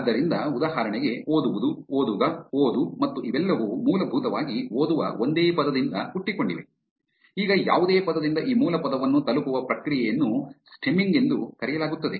ಆದ್ದರಿಂದ ಉದಾಹರಣೆಗೆ ಓದುವುದು ಓದುಗ ಓದು ಮತ್ತು ಇವೆಲ್ಲವೂ ಮೂಲಭೂತವಾಗಿ ಓದುವ ಒಂದೇ ಪದದಿಂದ ಹುಟ್ಟಿಕೊಂಡಿವೆ ಈಗ ಯಾವುದೇ ಪದದಿಂದ ಈ ಮೂಲ ಪದವನ್ನು ತಲುಪುವ ಪ್ರಕ್ರಿಯೆಯನ್ನು ಸ್ಟೆಮ್ಮಿಂಗ್ ಎಂದು ಕರೆಯಲಾಗುತ್ತದೆ